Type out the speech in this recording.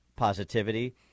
positivity